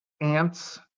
Ants